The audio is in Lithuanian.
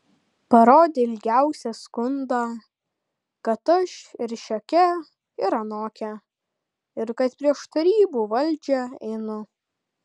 parodė ilgiausią skundą kad aš ir šiokia ir anokia ir kad prieš tarybų valdžią einu